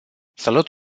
salut